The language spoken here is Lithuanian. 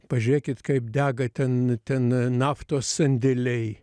pažiūrėkit kaip dega ten ten naftos sandėliai